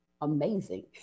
amazing